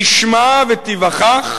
תשמע ותיווכח